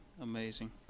Amazing